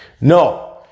No